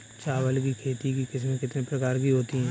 चावल की खेती की किस्में कितने प्रकार की होती हैं?